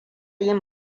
yin